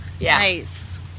Nice